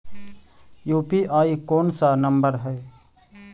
UPI कोन सा number हैं?